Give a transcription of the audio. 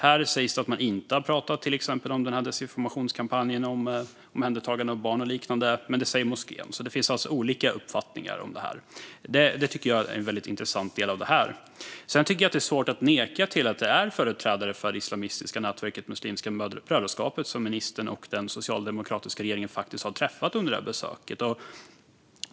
Här sägs det att man inte har pratat om till exempel desinformationskampanjen om omhändertagande av barn och liknande. Men det säger moskén att man har gjort. Det finns alltså olika uppfattningar om det här, och det tycker jag är en intressant del. Jag tycker också att det är svårt att neka till att det är företrädare för det islamistiska nätverket Muslimska brödraskapet som ministern och den socialdemokratiska regeringen har träffat under besöket.